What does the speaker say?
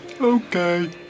Okay